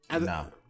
No